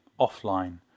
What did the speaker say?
offline